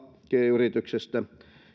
yrityksestä